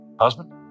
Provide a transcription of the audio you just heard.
Husband